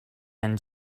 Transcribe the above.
and